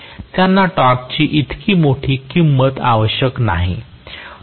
त्यांना टॉर्कची इतकी मोठी किंमत आवश्यक नाही